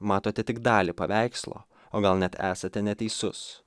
matote tik dalį paveikslo o gal net esate neteisus